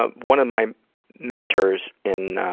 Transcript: ah one of my mentors in